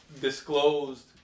disclosed